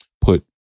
put